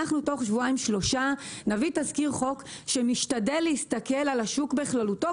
תוך שבועיים שלושה נביא תזכיר חוק שמשתדל להסתכל על השוק בכללותו,